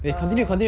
err